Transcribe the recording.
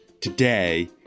Today